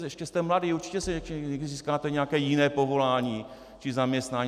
Ještě jste mladý, určitě ještě získáte nějaké jiné povolání či zaměstnání.